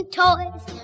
toys